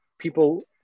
people